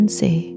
say